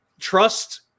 trust